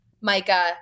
Micah